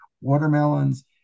watermelons